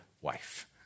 wife